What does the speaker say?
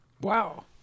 Wow